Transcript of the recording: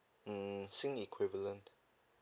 mm sing~ equivalent